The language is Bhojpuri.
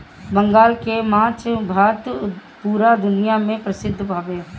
बंगाल के माछ भात पूरा दुनिया में परसिद्ध हवे